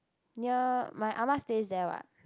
near my Ah-Ma stays there what